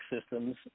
systems